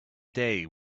day